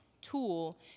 tool